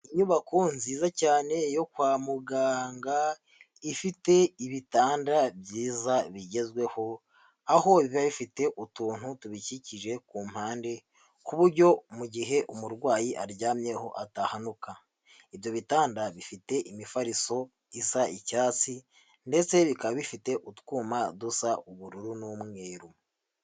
Inyubako nziza cyane yo kwa muganga ifite ibitanda byiza bigezweho, aho biba bifite utuntu tubikikije ku mpande ku buryo mu gihe umurwayi aryamyeho atahanuka, ibyo bitanda bifite imifariso isa icyatsi ndetse bikaba bifite utwuma dusa ubururu n'umweru,